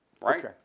right